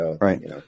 Right